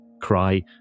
cry